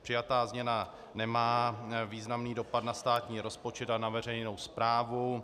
Přijatá změna nemá významný dopad na státní rozpočet a na veřejnou zprávu.